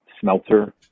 smelter